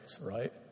right